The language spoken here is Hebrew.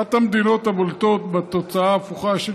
אחת המדינות הבולטות בתוצאה ההפוכה של